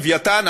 לוויתן,